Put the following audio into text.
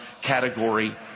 category